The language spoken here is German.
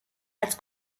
als